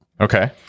Okay